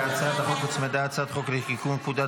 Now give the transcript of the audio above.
להצעת החוק הוצמדה הצעת חוק לתיקון פקודת